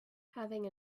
having